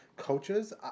coaches